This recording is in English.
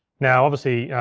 now obviously,